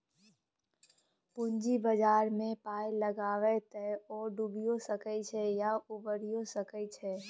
पूंजी बाजारमे पाय लगायब तए ओ डुबियो सकैत छै आ उबारियौ सकैत छै